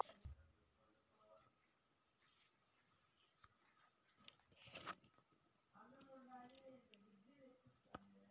కూరగాయల సాగు జాస్తిగా ఉంటుందన్నా, ప్రయత్నించరాదూ